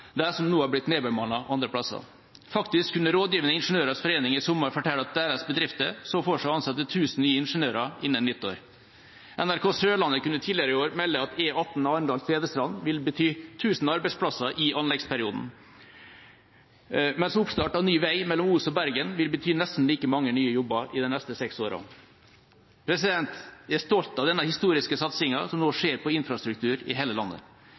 av dem som nå har blitt nedbemannet andre steder. Faktisk kunne Rådgivende Ingeniørers Forening i sommer fortelle at deres bedrifter så for seg å ansette 1 000 nye ingeniører innen nyttår. NRK Sørlandet kunne tidligere i år melde at E18 Arendal–Tvedestrand vil bety 1 000 arbeidsplasser i anleggsperioden, mens oppstart av ny vei mellom Os og Bergen vil bety nesten like mange nye jobber i de neste seks åra. Jeg er stolt av den historiske satsingen som nå skjer på infrastruktur i hele landet.